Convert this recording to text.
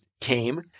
came